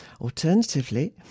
Alternatively